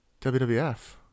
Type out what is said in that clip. WWF